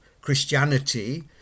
Christianity